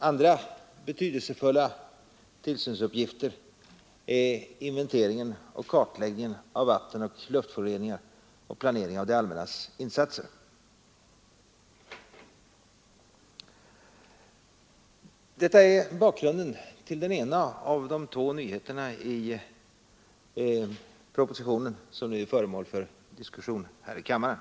Andra betydelsefulla tillsynsuppgifter är inventeringen och kartläggningen av vattenoch luftföroreningar och planeringen av det allmännas insatser. Detta är bakgrunden till den ena av de två nyheterna i den proposition som nu är föremål för diskussion här i kammaren.